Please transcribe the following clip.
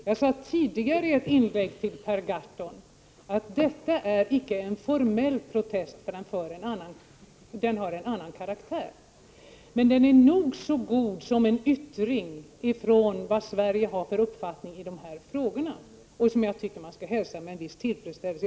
Jag sade tidigare i ett inlägg till Per Gahrton att detta icke är en formell protest, därför att den har en annan karaktär, men den är nog så god som en yttring om vilken uppfattning Sverige har i dessa frågor, och den bör hälsas med en viss tillfredsställelse.